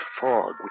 fog